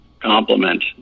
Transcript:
compliment